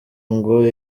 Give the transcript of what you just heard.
ngo